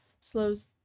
slows